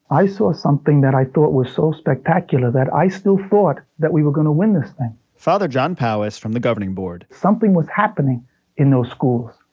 i saw something that i thought was so spectacular that i still thought that we were going to win this thing father john powis from the governing board something was happening in those schools.